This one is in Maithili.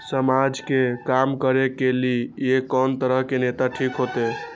समाज के काम करें के ली ये कोन तरह के नेता ठीक होते?